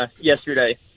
yesterday